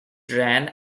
ran